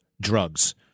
drugs